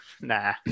nah